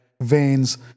veins